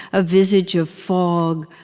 a visage of fog,